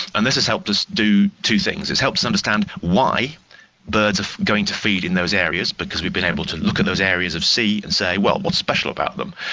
and this has helped us do two things. it's helped us understand why birds are going to feed in those areas because we've been able to look at those areas of sea and say, well, what's special about them?